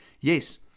Yes